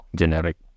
generic